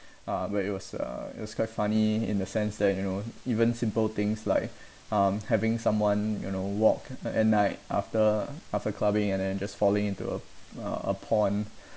uh but it was uh it was quite funny in the sense that you know even simple things like um having someone you know walk at night after after clubbing and then just falling into a uh a pond